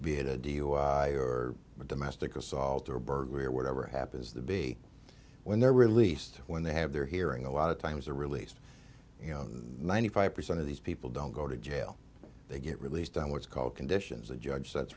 be it a dui or a domestic assault or a burglary or whatever happens the b when they're released when they have their hearing a lot of times they're released you know ninety five percent of these people don't go to jail they get released on what's called conditions the judge sets